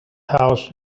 house